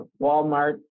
Walmart